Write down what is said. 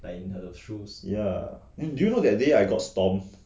ya you you know that day I got stomp